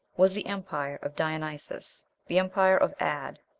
was the empire of dionysos, the empire of ad,